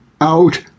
out